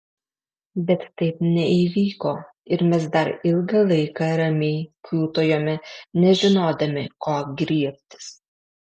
bet taip neįvyko ir mes dar ilgą laiką ramiai kiūtojome nežinodami ko griebtis